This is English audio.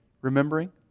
Remembering